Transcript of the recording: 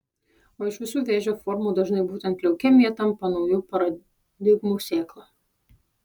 o iš visų vėžio formų dažnai būtent leukemija tampa naujų paradigmų sėkla